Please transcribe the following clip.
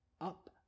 up